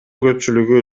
көпчүлүгү